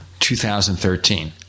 2013